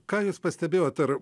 ką jūs pastebėjot ar